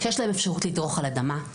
שיש להם אפשרות לדרוך על אדמה.